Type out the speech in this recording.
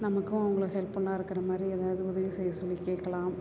நமக்கும் அவங்களை ஹெல்ப்புல்லாக இருக்கிற மாதிரி ஏதாவது உதவி செய்யச் சொல்லி கேட்கலாம்